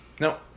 No